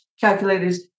calculators